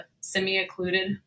semi-occluded